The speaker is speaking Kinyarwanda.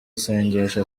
isengesho